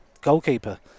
goalkeeper